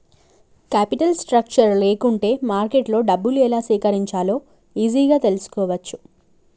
capital structure లేకుంటే మార్కెట్లో డబ్బులు ఎలా సేకరించాలో ఈజీగా తెల్సుకోవచ్చు